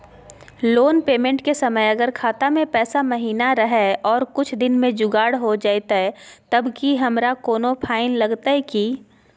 Loan payment के समय अगर खाता में पैसा महिना रहै और कुछ दिन में जुगाड़ हो जयतय तब की हमारा कोनो फाइन लगतय की?